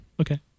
Okay